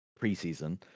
preseason